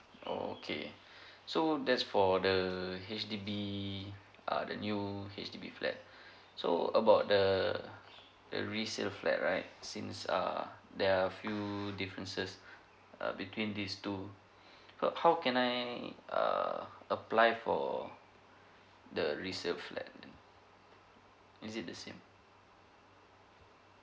oh okay so that's for the H_D_B uh the new H_D_B flat so about the the resale flat right since err there are few differences uh between these two hu~ how can I err apply for the resale flat is it the same